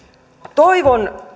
toivon